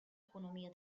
economia